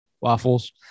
Waffles